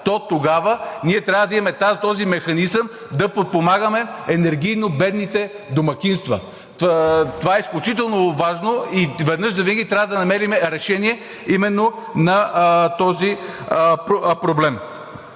Дотогава ние трябва да имаме този механизъм да подпомагаме енергийно бедните домакинства. Това е изключително важно и веднъж завинаги трябва да намерим решение именно на този проблем.